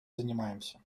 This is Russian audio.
занимаемся